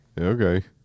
Okay